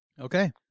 okay